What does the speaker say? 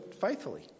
faithfully